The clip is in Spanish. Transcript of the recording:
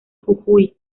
jujuy